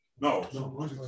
No